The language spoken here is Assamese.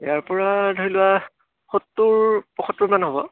ইয়াৰ পৰা ধৰি লোৱা সত্তৰ পসত্তৰমান হ'ব